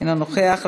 אינו נוכח.